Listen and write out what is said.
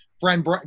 friend